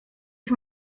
ich